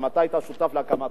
גם אתה היית שותף להקמתו,